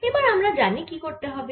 এবার আমরা জানি কি করতে হবে